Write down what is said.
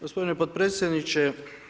Gospodine potpredsjedniče.